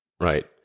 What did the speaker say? Right